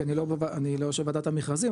כי אני לא יושב בוועדת המכרזים,